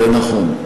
זה נכון.